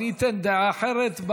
אני אתן דעה אחרת.